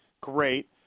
great